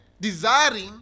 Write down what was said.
desiring